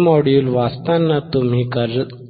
हे मॉड्यूल वाचताना तुम्ही